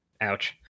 Ouch